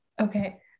Okay